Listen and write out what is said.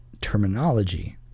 terminology